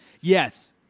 Yes